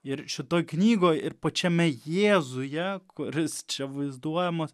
ir šitoj knygoj ir pačiame jėzuje kuris čia vaizduojamas